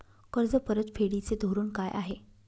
कर्ज परतफेडीचे धोरण काय आहे?